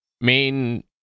main